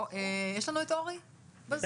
יש לנו את אורי בזום?